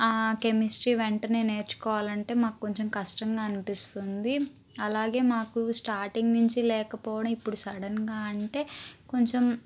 chemistry వెంటనే నేర్చుకోవాలంటే మాకు కొంచెం కష్టంగా అనిపిస్తుంది అలాగే మాకు స్టార్టింగ్ నుంచి లేకపోవడం ఇప్పుడు సడన్గా అంటే కొంచెం